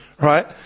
Right